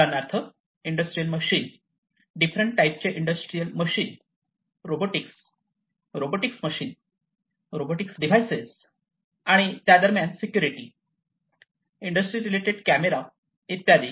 उदाहरणार्थ industrial machine different टाईपचे industrial machine robotics robotics machine robotics devices आणि त्या दरम्यान चे सिक्युरिटी इंडस्ट्री रिलेटेड कॅमेरा इत्यादी